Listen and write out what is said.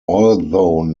although